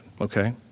okay